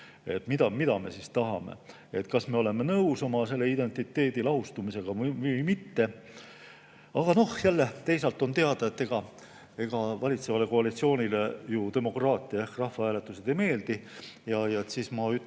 mida me siis tahame, kas me oleme nõus oma identiteedi lahustumisega või mitte. Aga noh, teisalt on teada, et valitsevale koalitsioonile ju demokraatia ehk rahvahääletused ei meeldi. Ma ütlen